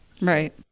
Right